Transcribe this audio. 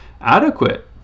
adequate